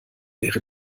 wäre